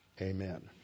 Amen